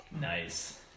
Nice